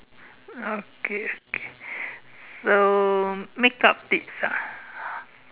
okay okay so makeup tips ah